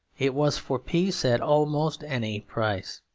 it was for peace at almost any price.